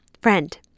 Friend